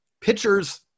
Pitchers